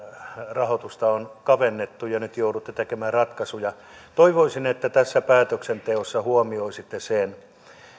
rahoitusta on kavennettu ja nyt joudutte tekemään ratkaisuja toivoisin että tässä päätöksenteossa huomioisitte sen